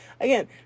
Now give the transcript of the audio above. again